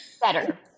better